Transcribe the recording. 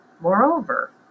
Moreover